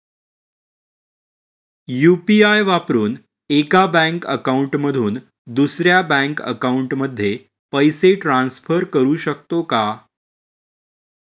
UPI वापरून एका bank account मधून दुसऱ्या बँक अकाउंटमध्ये पैसे ट्रान्सफर करू शकतो का?